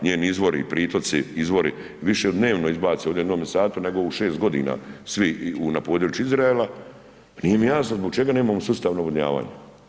Njeni izvori i protoci i izvori više dnevno izbace u jednome satu nego u 6 g. na području Izraela, nije mi jasno zbog čega nemamo sustav navodnjavanja?